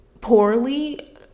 poorly